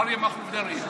אריה מכלוף דרעי.